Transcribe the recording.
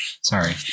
Sorry